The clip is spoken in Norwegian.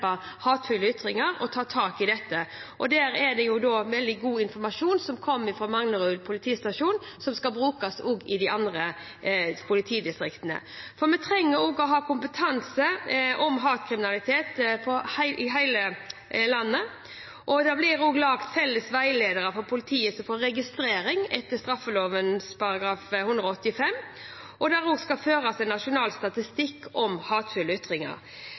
ytringer og ta tak i dette. Veldig god informasjon fra Manglerud politistasjon skal brukes også i de andre politidistriktene. Vi trenger å ha kompetanse om hatkriminalitet i hele landet. Det blir laget felles veiledere for politiets registrering etter straffeloven § 185, og det skal også føres en nasjonal statistikk over hatefulle ytringer.